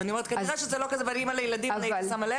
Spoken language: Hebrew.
ואני אימא לילדים קטנים.